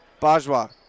Bajwa